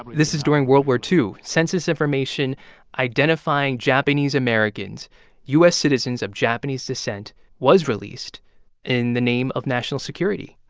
this is during world war ii. census information identifying japanese americans u s. citizens of japanese descent was released in the name of national security.